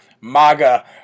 MAGA